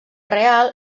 real